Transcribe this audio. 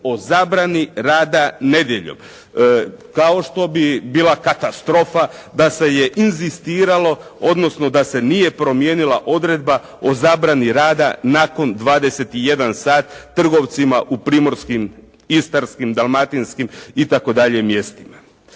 o zabrani rada nedjeljom. Kao što bi bila katastrofa da se je inzistiralo, odnosno da se nije promijenila odredba o zabrani rada nakon 21 sat trgovcima u primorskim, istarskim, dalmatinskim itd. mjestima.